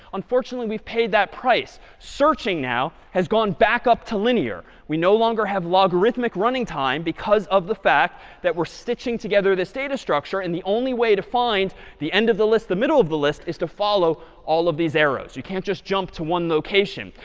unfortunately, we've paid that price. searching now has gone back up to linear. we no longer have logarithmic running time because of the fact that we're stitching together this data structure. and the only way to find the end of the list, the of the list is to follow all of these arrows. you can't just jump to one location.